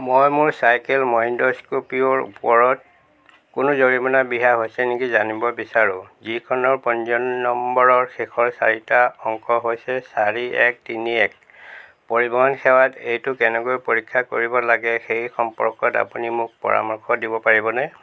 মই মোৰ চাইকেল মহিন্দ্ৰ স্কৰ্পিওৰ ওপৰত কোনো জৰিমনা বিহা হৈছে নেকি জানিব বিচাৰোঁ যিখনৰ পঞ্জীয়ন নম্বৰৰ শেষৰ চাৰিটা অংক হৈছে চাৰি এক তিনি এক পৰিবহণ সেৱাত এইটো কেনেকৈ পৰীক্ষা কৰিব লাগে সেই সম্পৰ্কত আপুনি মোক পৰামৰ্শ দিব পাৰিবনে